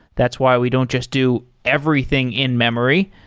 that's why we don't just do everything in memory.